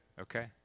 Okay